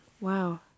Wow